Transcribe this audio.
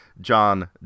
john